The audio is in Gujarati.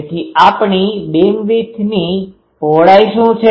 તેથી આપણી બીમવિડ્થbeamwidthબીમની પહોળાઈ શું છે